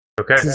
Okay